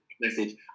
message